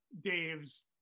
Dave's